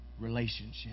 relationship